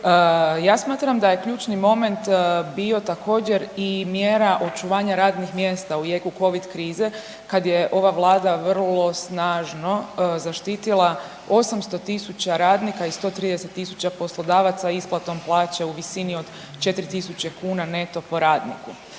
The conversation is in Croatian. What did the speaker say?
Ja smatram da je ključni moment bio također i mjera očuvanja radnih mjesta u jeku covid krize kad je ova Vlada vrlo snažno zaštitila 800 tisuća radnika i 130 tisuća poslodavaca isplatom plaće u visini od 4 tisuće kuna neto po radniku.